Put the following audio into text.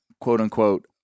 quote-unquote